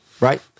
right